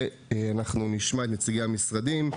ונשמע את נציגי המשרדים.